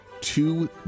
Two